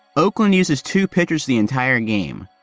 oakland uses two pitchers the entire game,